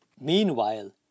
meanwhile